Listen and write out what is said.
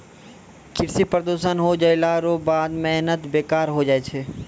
कृषि प्रदूषण हो जैला रो बाद मेहनत बेकार होय जाय छै